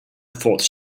thought